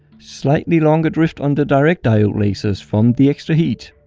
slightly longer drift on the direct diode lasers from the extra heat.